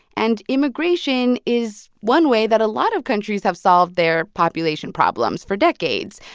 and immigration is one way that a lot of countries have solved their population problems for decades.